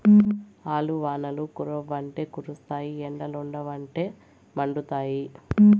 ఆల్లు వానలు కురవ్వంటే కురుస్తాయి ఎండలుండవంటే మండుతాయి